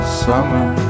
summer